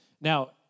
Now